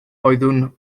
oeddwn